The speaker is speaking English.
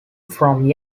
from